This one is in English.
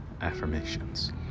affirmations